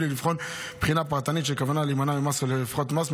לבחון בחינה פרטנית של כוונה להימנע ממס או להפחית מס,